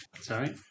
sorry